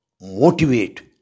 motivate